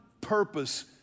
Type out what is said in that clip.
purpose